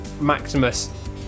Maximus